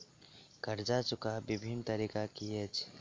कर्जा चुकबाक बिभिन्न तरीका की अछि?